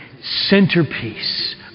centerpiece